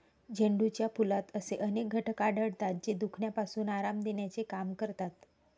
झेंडूच्या फुलात असे अनेक घटक आढळतात, जे दुखण्यापासून आराम देण्याचे काम करतात